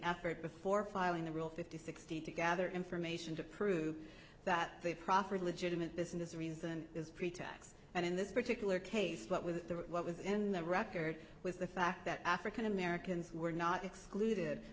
effort before filing the real fifty sixty to gather information to prove that they proffer legitimate business reason is pretax and in this particular case but with what was in the record with the fact that african americans were not excluded